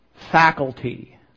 Faculty